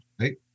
right